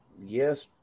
Yes